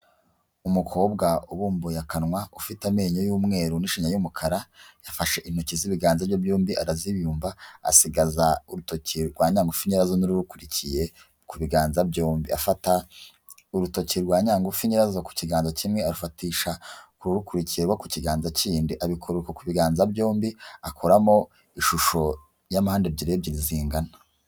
Umukobwa ubumbuye akanwa, ufite amenyo y'umweru n'ishinya y'umukara, yafashe intoki z'ibiganza bye byombi arazibumba , asigaza urutoki rwa nyangufi nyirazo n'ururukurikiye ku biganza byombi, afata urutoki rwayangufu nyirazo ku kiganza kimwe arufatisha kururukurikiye rwo ku kiganza kindi, abikora uko ku biganza byombi akoramo ishusho ya mpande ebyiri zingana.